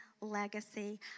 legacy